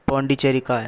पांडिचेरी कहाँ है